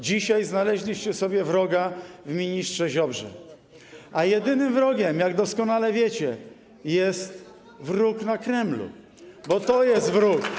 Dzisiaj znaleźliście sobie wroga w ministrze Ziobrze, a jedynym wrogiem, jak doskonale wiecie, jest wróg na Kremlu, bo to jest wróg.